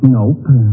Nope